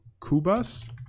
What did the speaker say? Kubas